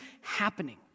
happening